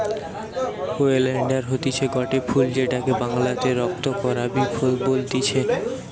oleander হতিছে গটে ফুল যেটাকে বাংলাতে রক্ত করাবি বলতিছে